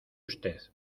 usted